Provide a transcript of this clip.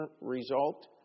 result